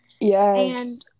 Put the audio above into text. yes